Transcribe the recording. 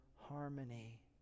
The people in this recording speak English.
harmony